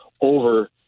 over